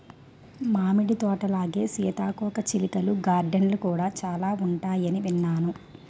మామిడి తోటలాగే సీతాకోకచిలుకల గార్డెన్లు కూడా చాలా ఉంటాయని విన్నాను